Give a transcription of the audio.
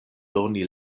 doni